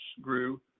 grew